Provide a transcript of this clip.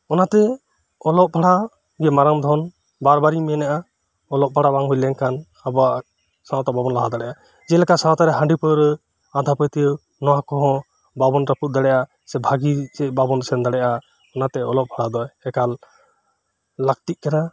ᱚᱱᱟᱛᱮ ᱚᱞᱚᱜ ᱯᱟᱲᱦᱟᱜ ᱜᱮ ᱢᱟᱨᱟᱝ ᱫᱷᱚᱱ ᱵᱟᱨᱵᱟᱨᱤᱧ ᱢᱮᱱᱟ ᱚᱞᱚᱜ ᱯᱟᱲᱦᱟᱜ ᱵᱟᱝ ᱦᱳᱭ ᱞᱮᱱᱠᱷᱟᱱ ᱟᱵᱚᱣᱟᱜ ᱥᱟᱶᱛᱟ ᱵᱟᱵᱚᱱ ᱞᱟᱦᱟ ᱫᱟᱲᱮᱭᱟᱜᱼᱟ ᱡᱮᱞᱮᱠᱟ ᱥᱟᱶᱛᱟᱨᱮ ᱦᱟᱺᱰᱤ ᱯᱟᱹᱣᱨᱟᱹ ᱟᱸᱫᱷᱟ ᱯᱟᱹᱛᱭᱟᱹᱣ ᱱᱚᱶᱟ ᱠᱚᱦᱚᱸ ᱵᱟᱵᱚᱱ ᱨᱟᱹᱯᱩᱫ ᱫᱟᱲᱮᱭᱟᱜᱼᱟ ᱵᱷᱟᱜᱽᱜᱤᱥ ᱮᱫ ᱵᱟᱵᱚᱱ ᱥᱮᱱᱫᱟᱲᱮᱭᱟᱜᱼᱟ ᱚᱱᱟᱛᱮ ᱚᱞᱚᱜ ᱯᱟᱲᱦᱟᱜ ᱫᱚ ᱮᱠᱟᱞ ᱞᱟᱠᱛᱤᱜ ᱠᱟᱱᱟ